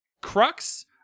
crux